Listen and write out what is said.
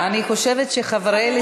חברי,